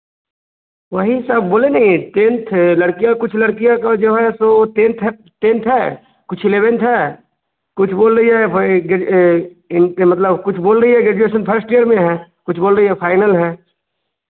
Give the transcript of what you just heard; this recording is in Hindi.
वही सर बोले नहीं टेन्थ है लाड़कियाँ कुछ लाड़कियाँ का जो है सो टेन्थ है टेन्थ है कुछ एलेवेन्थ है कुछ बोल रही है वही ग्रे यही ते मतलब कुछ बोल रही हैं ग्रैजुएशन फर्स्ट ईयर में है कुछ बोल रही हैं फाइनल है